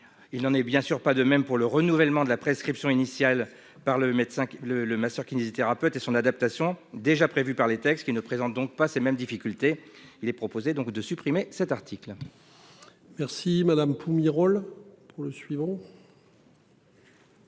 Il n'en est bien sûr pas de même pour le renouvellement de la prescription initiale par le médecin le, le masseur-kinésithérapeute. Et son adaptation déjà prévue par les textes qui ne présente donc pas ces mêmes difficultés. Il est proposé donc de supprimer cet article.